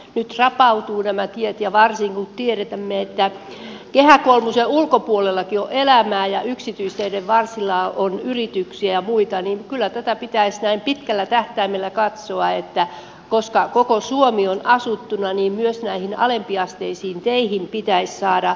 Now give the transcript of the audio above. nyt rapautuvat nämä tiet ja varsinkin kun tiedämme että kehä kolmosen ulkopuolellakin on elämää ja yksityisteiden varsilla on yrityksiä ja muita niin kyllä tätä pitäisi näin pitkällä tähtäimellä katsoa että koska koko suomi on asuttuna niin myös näihin alempiasteisiin teihin pitäisi saada satsausta